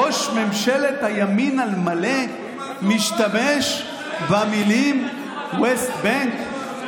ראש ממשלת הימין על מלא משתמש במילים West Bank.